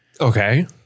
Okay